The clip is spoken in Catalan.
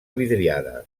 vidriada